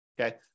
okay